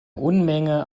unmenge